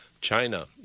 China